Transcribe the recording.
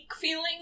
feeling